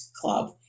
Club